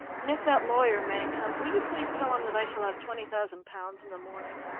and if that lawyer man comes, will you please tell him that i shall have twenty thousand pounds in the morning,